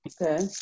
Okay